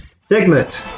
segment